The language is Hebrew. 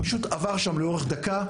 אדם פשוט עבר שם לאורך דקה,